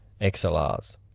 XLRs